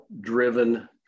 driven